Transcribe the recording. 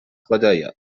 خدایا